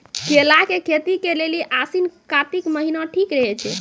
केला के खेती के लेली आसिन कातिक महीना ठीक रहै छै